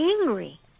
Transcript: angry